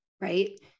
right